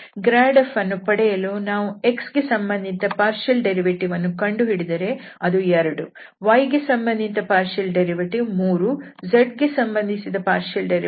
grad f ಅನ್ನು ಪಡೆಯಲು ನಾವು x ಸಂಬಂಧಿತ ಭಾಗಶಃ ವ್ಯುತ್ಪನ್ನ ವನ್ನು ಕಂಡುಹಿಡಿದರೆ ಅದು 2 y ಸಂಬಂಧಿತ ಭಾಗಶಃ ವ್ಯುತ್ಪನ್ನ ವು 3 z ಸಂಬಂಧಿತ ಭಾಗಶಃ ವ್ಯುತ್ಪನ್ನ ವು 4